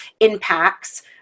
impacts